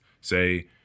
say